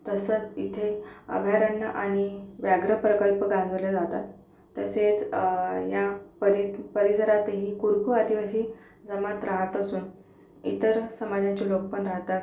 तसंच इथे अभयारण्य आणि व्याघ्र प्रकल्प गानवले जातात तसेच या परी परिसरात ही कुरकू आदिवासी जमात रहात असून इतर समाजाचे लोक पण राहतात